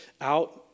out